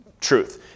truth